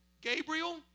Gabriel